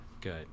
Good